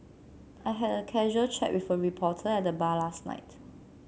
I had a casual chat with a reporter at the bar last night